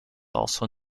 also